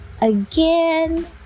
again